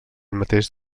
mateix